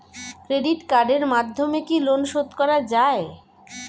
Credit কার্ডের মাধ্যমে কি লোন শোধ করা যায়?